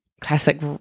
classic